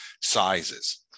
sizes